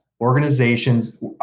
organizations